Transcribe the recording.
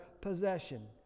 possession